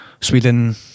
Sweden